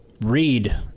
read